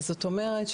זאת אומרת,